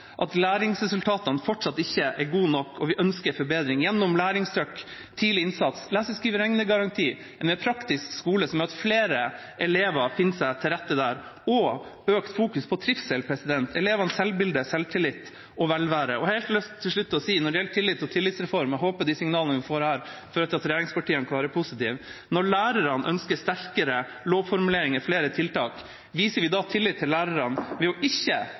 at læringsresultatene fortsatt ikke er gode nok. Vi ønsker oss forbedringer, gjennom læringstrykk, tidlig innsats, lese-, skrive- og regnegaranti, en mer praktisk skole, som gjør at flere elever finner seg til rette der, og sterkere fokus på trivsel, elevenes selvbilde, selvtillit og velvære. Helt til slutt: Når det gjelder tillit og tillitsreform, håper jeg de signalene vi får her, fører til at regjeringspartiene kan være positive. Når lærerne ønsker seg sterkere lovformuleringer og flere tiltak, viser vi da tillit til lærerne ved ikke å